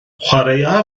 chwaraea